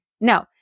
No